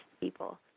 people